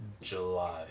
July